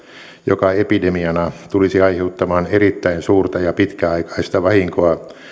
joka epidemiana tulisi aiheuttamaan erittäin suurta ja pitkäaikaista vahinkoa